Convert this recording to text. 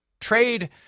trade –